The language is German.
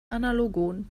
analogon